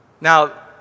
Now